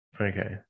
Okay